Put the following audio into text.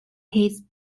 his